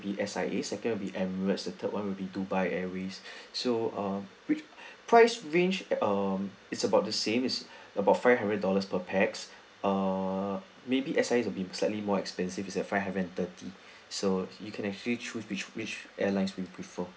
be S_I_A second will be Emirates the third [one] will be Dubai Airways so uh which price range um it's about the same is about five hundred dollars per pax err may be S_I_A would be slightly more expensive is at five hundred and thirty so you can actually choose which which airlines you would prefer